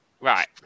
Right